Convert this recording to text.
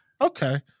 Okay